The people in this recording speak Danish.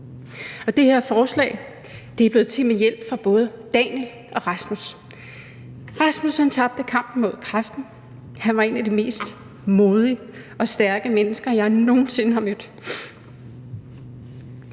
Det her forslag er blevet til med hjælp fra både Daniel og Rasmus. Rasmus tabte kampen mod kræften. Han var et af de mest modige og stærke mennesker, jeg nogen sinde har mødt.